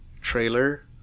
trailer